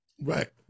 Right